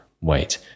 Wait